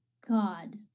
god